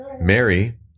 Mary